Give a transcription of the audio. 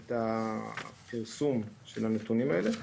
את הפרסום של הנתונים האלה.